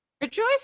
Rejoice